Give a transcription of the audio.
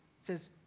says